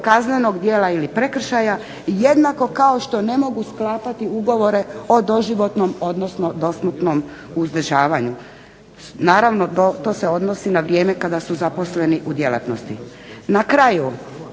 kaznenog djela ili prekršaja jednako kao što ne mogu sklapati ugovore o doživotnom odnosno dosmrtnom uzdržavanju. Naravno to se odnosi na vrijeme kada su zaposleni u djelatnosti.